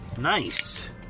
Nice